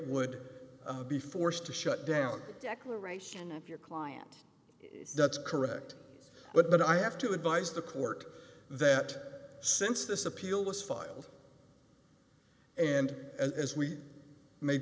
would be forced to shut down the declaration of your client that's correct but i have to advise the court that since this appeal was filed and as we made